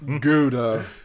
Gouda